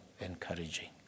encouraging